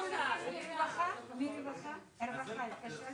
וצורם לשמוע חלק מהאמירות שלכן על כך שלא